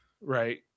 Right